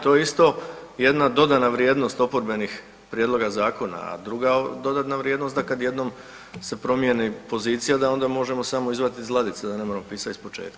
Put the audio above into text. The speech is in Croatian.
To je isto jedna dodana vrijednost oporbenih prijedloga zakona, a druga dodatna vrijednost da kada jednom se promijeni pozicija da onda možemo samo izvaditi iz ladice da ne moramo pisati iz početka.